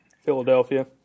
Philadelphia